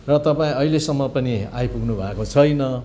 र तपाईँ अहिलेसम्म पनि आइपुग्नु भएको छैन